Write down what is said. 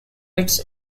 its